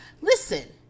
Listen